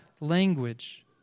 language